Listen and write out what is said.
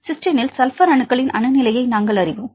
சிஸ்டைனில் sulphur அணுக்களின் அணு நிலையை நாங்கள் அறிவோம்